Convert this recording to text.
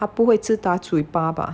他不会自打嘴巴 bah